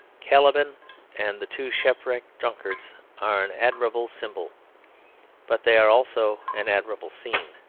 caliban and the two shipwrecked drunkards are an admirable symbol but they are also an admirable scene.